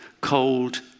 cold